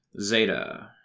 Zeta